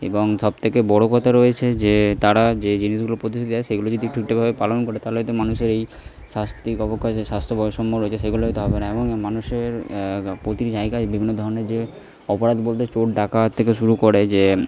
এবং সব থেকে বড় কথা রয়েছে যে তারা যে জিনিসগুলো প্রতিশ্রুতি দেয় সেগুলি যদি একটু ঠিকঠাকভাবে পালন করে তাহলে হয়তো মানুষের এই স্বাস্তিক অবক্ষয় যে স্বাস্থ্য বৈষম্য রয়েছে সেগুলো হয়তো হবে না এমনকি মানুষের প্রতিটি জায়গায় বিভিন্ন ধরনের যে অপরাধ বলতে চোর ডাকাত থেকে শুরু করে যে